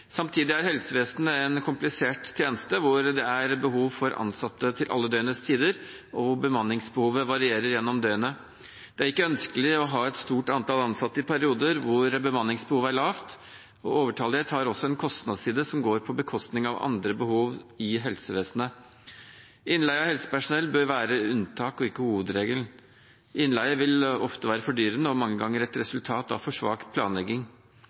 Samtidig er helsevesenet en komplisert tjeneste hvor det er behov for ansatte til alle døgnets tider, og hvor bemanningsbehovet varierer gjennom døgnet. Det er ikke ønskelig å ha et stort antall ansatte i perioder hvor bemanningsbehovet er lavt, og overtallighet har også en kostnadsside som går på bekostning av andre behov i helsevesenet. Innleie av helsepersonell bør være unntaket og ikke hovedregelen. Innleie vil ofte være fordyrende og mange ganger et resultat av for svak planlegging.